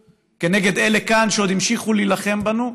נגד אלה כאן שעוד המשיכו להילחם בנו,